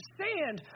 sand